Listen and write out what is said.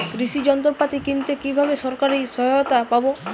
কৃষি যন্ত্রপাতি কিনতে কিভাবে সরকারী সহায়তা পাব?